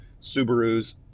Subarus